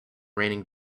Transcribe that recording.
raining